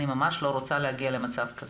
אני ממש לא רוצה להגיע למצב כזה,